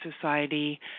Society